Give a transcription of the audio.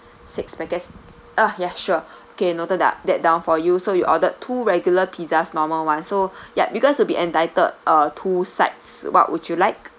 six packets uh yes sure okay noted that that down for you so you ordered two regular pizzas normal [one] so yup because will be entitled uh two sides what would you like